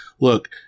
look